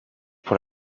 pour